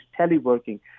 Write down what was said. teleworking